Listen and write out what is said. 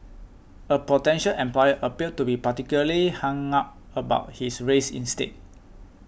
a potential employer appeared to be particularly hung up about his race instead